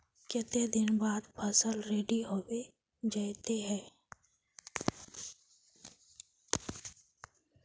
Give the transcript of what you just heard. केते दिन बाद फसल रेडी होबे जयते है?